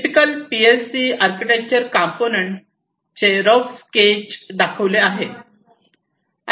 typical P L C architecture component rough sketch दाखवले आहे